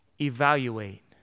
Evaluate